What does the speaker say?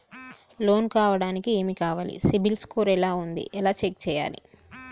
Loan కావడానికి ఏమి కావాలి సిబిల్ స్కోర్ ఎలా ఉంది ఎలా చెక్ చేయాలి?